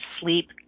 sleep